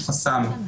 יש חסם,